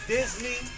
Disney